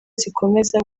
zikomeza